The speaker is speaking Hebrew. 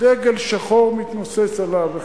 דגל שחור מתנוסס עליו,